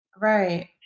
Right